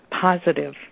positive